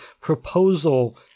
proposal